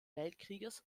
weltkrieges